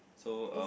so um